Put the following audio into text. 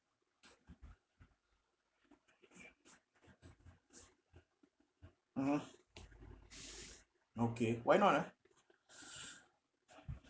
(uh huh) okay why not ah